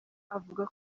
avuga